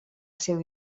seu